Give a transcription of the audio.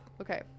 Okay